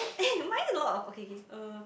eh mine a lot of okay K uh